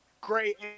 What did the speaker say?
great